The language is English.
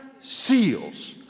seals